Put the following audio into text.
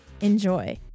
Enjoy